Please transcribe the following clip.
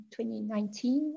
2019